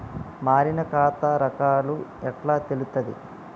మారిన ఖాతా రకాలు ఎట్లా తెలుత్తది?